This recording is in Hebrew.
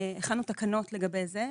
הכנו תקנות לגבי זה,